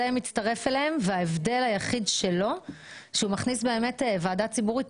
זה מצטרף אליהם וההבדל היחיד שלו זה שהוא מכניס ועדה ציבורית.